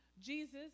Jesus